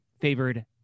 favored